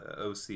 oc